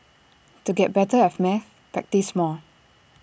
to get better at maths practise more